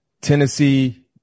Tennessee